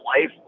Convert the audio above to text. life